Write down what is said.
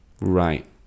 Right